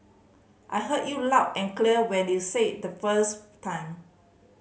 I heard you loud and clear when you said it the first time